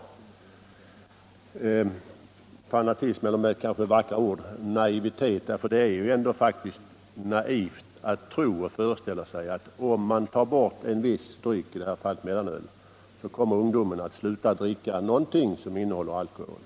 Och vill man använda ett ord som kanske är vackrare än fanatism kan man säga naivitet, för det är ändå naivt att föreställa sig att om en viss dryck — i detta fall mellanöl — tas bort kommer ungdomen att sluta dricka det som innehåller alkohol.